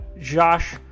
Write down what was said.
Josh